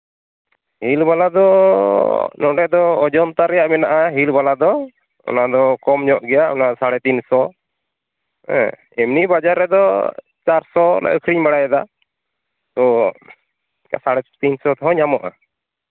ᱦᱤᱞ ᱵᱟᱞᱟᱫᱚ ᱱᱚᱸᱰᱮ ᱫᱚ ᱚᱡᱚᱱᱛᱟ ᱨᱮᱭᱟᱜ ᱢᱮᱱᱟᱜᱼᱟ ᱦᱤᱞ ᱵᱟᱞᱟᱫᱚ ᱚᱱᱟ ᱫᱚ ᱠᱚᱢ ᱧᱚᱜ ᱜᱮᱭᱟ ᱚᱱᱟ ᱥᱟᱬᱮ ᱛᱤᱱ ᱥᱚ ᱦᱮᱸ ᱮᱢᱱᱤ ᱵᱟᱡᱟᱨ ᱨᱮᱫᱚ ᱪᱟᱨᱥᱚ ᱞᱮ ᱟᱹᱠᱷᱨᱤᱧ ᱵᱟᱲᱟᱭᱮᱫᱟ ᱛᱳ ᱥᱟᱲᱮ ᱛᱤᱱᱥᱚ ᱛᱮᱦᱚᱸ ᱧᱟᱢᱚᱜᱼᱟ